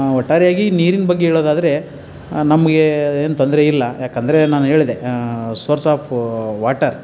ಒಟ್ಟಾರೆಯಾಗಿ ನೀರಿನ ಬಗ್ಗೆ ಹೇಳೋದಾದ್ರೆ ನಮ್ಗೆ ಏನು ತೊಂದರೆ ಇಲ್ಲ ಏಕಂದ್ರೆ ನಾನು ಹೇಳ್ದೆ ಸೋರ್ಸ್ ಆಫು ವಾಟರ್